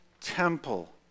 Temple